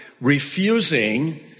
refusing